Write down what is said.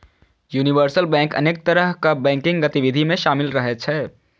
universal bank अनेक तरहक banking गतिविधि मे शामिल रहै छै